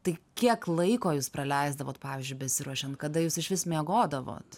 tai kiek laiko jūs praleisdavot pavyzdžiui besiruošiant kada jūs išvis miegodavot